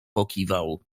pokiwał